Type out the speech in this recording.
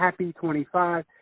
HAPPY25